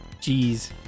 Jeez